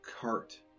cart